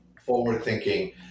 forward-thinking